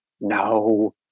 no